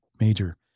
major